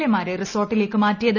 എമാരെ റിസോർട്ടിലേക്ക് മാറ്റിയത്